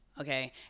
okay